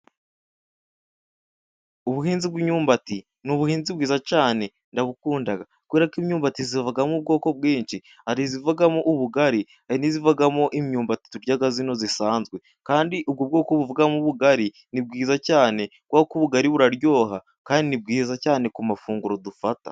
Ubuhinzi bw'imyumbati ni ubuhinzi bwiza cyane ndabukunda, kubera ko imyubati ivamo ubwoko bwinsh.i Hari izivamo ubugari, n'izivamo imyumbati turya izi zisanzwe. Kandi ubwoko buvamo ubugari ni bwiza cyane, kuko ubugari buraryoha kandi ni bwiza cyane ku mafunguro dufata.